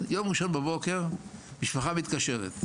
יום ראשון בבוקר, משפחה מתקשרת.